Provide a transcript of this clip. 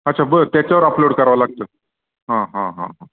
अच्छा बर त्याच्यावर अपलोड करावा लागतं हां हां हां हां